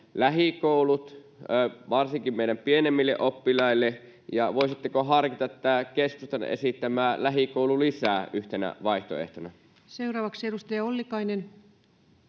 lähikoulut varsinkin meidän pienemmille oppilaille, ja voisitteko harkita tätä keskustan esittämää lähikoululisää yhtenä vaihtoehtona? [Speech 46] Speaker: Ensimmäinen